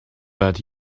but